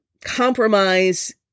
Compromise